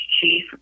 chief